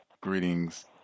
Greetings